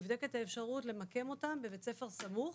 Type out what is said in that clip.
נבדקת האפשרות למקם אותם בבית ספר סמוך,